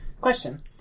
Question